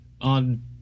on